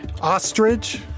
Ostrich